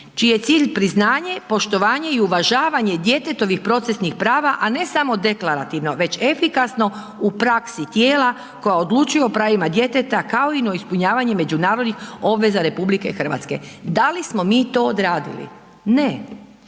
čiji je cilj priznanje, poštovanje i uvažavanje djetetovih procesnih prava, a ne samo deklarativno već efikasno u praksi tijela koja odlučuju o pravima djeteta kao i na ispunjavanje međunarodnih obveza RH. Da li smo mi to odredili? Ne.